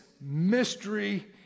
mystery